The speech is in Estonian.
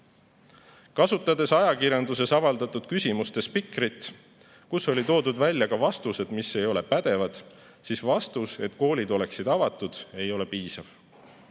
kasutada ajakirjanduses avaldatud küsimuste spikrit, kus on välja toodud ka vastused, mis ei ole pädevad, [võib väita], et vastus, et koolid oleksid avatud, ei ole piisav.